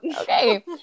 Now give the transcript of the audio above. Okay